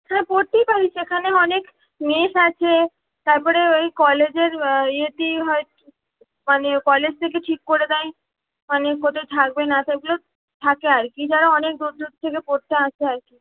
হ্যাঁ পড়তেই পারিস এখানে অনেক মেস আছে তারপরে ওই কলেজের ইয়েতেই হয় মানে কলেজ থেকে ঠিক করে দেয় মানে কোথায় থাকবে না থাকবে থাকে আর কি যারা অনেক দূর দূর থেকে পড়তে আসে আর কি